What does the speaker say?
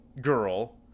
girl